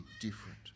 different